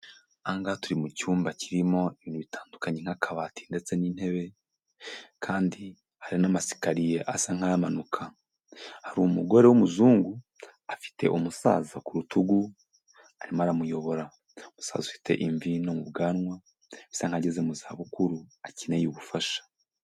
Aha ngaha turi mu cyumba kirimo ibintu bitandukanye nk'akabati ndetse n'intebe, kandi hari n'amasikariye asa nk'amanuka, hari umugore w'Umuzungu, afite umusaza ku rutugu arimo aramuyobora, umusaza ufite imvi no mu bwanwa, bisa n'aho ageze mu zabukuru akeneye ubufasha.